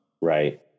Right